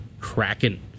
Kraken